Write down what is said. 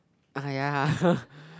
!aiya!